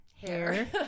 hair